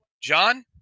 John